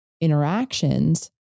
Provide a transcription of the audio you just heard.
interactions